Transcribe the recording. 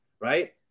right